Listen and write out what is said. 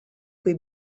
quei